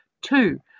two